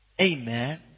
Amen